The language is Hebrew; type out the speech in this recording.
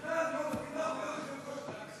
תסגרי לו את המיקרופון.